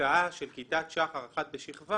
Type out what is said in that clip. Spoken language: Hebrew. הקצאה של כיתת שח"ר אחת בשכבה